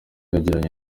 yagiranye